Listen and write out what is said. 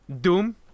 Doom